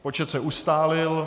Počet se ustálil.